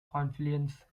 confluence